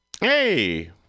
Hey